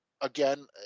again